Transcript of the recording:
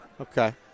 Okay